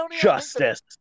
justice